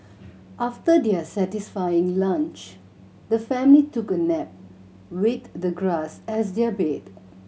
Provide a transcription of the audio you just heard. after their satisfying lunch the family took a nap with the grass as their bed